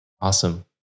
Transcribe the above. Awesome